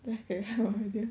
ya that kind of idea